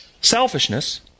selfishness